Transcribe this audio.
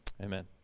Amen